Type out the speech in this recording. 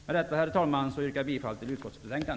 Med detta, herr talman, yrkar jag bifall till utskottets hemställan.